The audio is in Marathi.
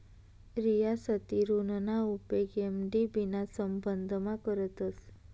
रियासती ऋणना उपेग एम.डी.बी ना संबंधमा करतस